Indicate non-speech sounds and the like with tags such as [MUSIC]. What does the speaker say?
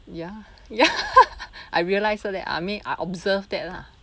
ya ya [LAUGHS] I realized that I mean I observed that lah